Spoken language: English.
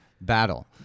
battle